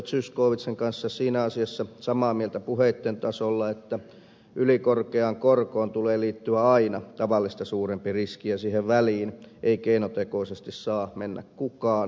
zyskowiczin kanssa siinä asiassa samaa mieltä puheitten tasolla että ylikorkeaan korkoon tulee liittyä aina tavallista suurempi riski ja siihen väliin ei keinotekoisesti saa mennä kukaan